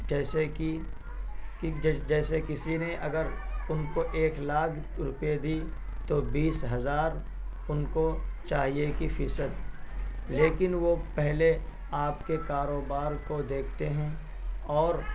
جیسے کہ کہ جیسے کسی نے اگر ان کو ایک لاکھ روپئے دی تو بیس ہزار ان کو چاہیے کہ فیصد لیکن وہ پہلے آپ کے کاروبار کو دیکھتے ہیں اور